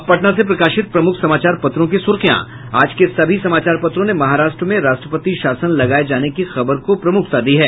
अब पटना से प्रकाशित प्रमुख समाचार पत्रों की सुर्खियां आज के सभी समाचार पत्रों ने महाराष्ट्र में राष्ट्रपति शासन लगाये जाने की खबर को प्रमुखता दी है